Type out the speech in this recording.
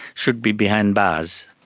should be behind bars.